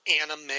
anime